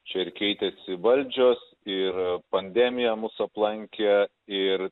čia ir keitėsi valdžios ir pandemija mus aplankė ir